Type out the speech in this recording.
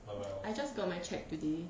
I just got my cheque today